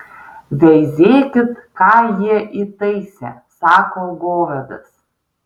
veizėkit ką jie įtaisė sako govedas